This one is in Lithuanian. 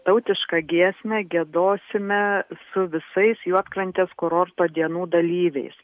tautišką giesmę giedosime su visais juodkrantės kurorto dienų dalyviais